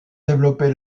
développer